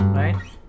Right